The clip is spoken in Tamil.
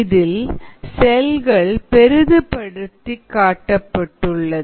இதில் செல்கள் பெரிதுபடுத்தி காட்டப்பட்டுள்ளது